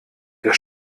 der